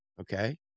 okay